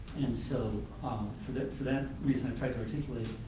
and so for that for that reason i'm trying to articulate,